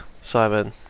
Simon